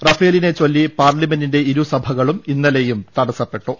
റഫ്ലേലിനെ ചൊല്ലി പാർലിമെന്റിന്റെ ഇരുസഭകളും ഇന്നലെയും തടസ്സപ്പെട്ടിരുന്നു